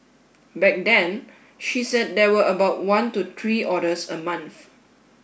back then she said there were about one to three orders a month